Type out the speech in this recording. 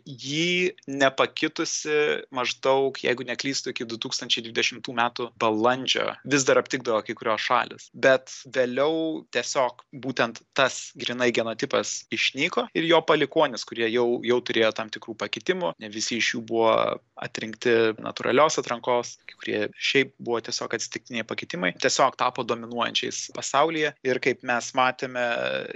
jį nepakitusį maždaug jeigu neklystu iki du tūkstančiai dvidešimtų metų balandžio vis dar aptikdavo kai kurios šalys bet vėliau tiesiog būtent tas grynai genotipas išnyko ir jo palikuonys kurie jau jau turėjo tam tikrų pakitimų ne visi iš jų buvo atrinkti natūralios atrankos kai kurie šiaip buvo tiesiog atsitiktiniai pakitimai tiesiog tapo dominuojančiais pasaulyje ir kaip mes matėme